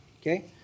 okay